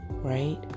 Right